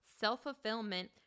self-fulfillment